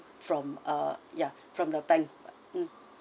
from uh yeah from the bank mm